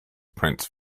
prince